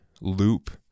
loop